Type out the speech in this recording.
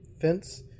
fence